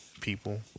people